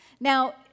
Now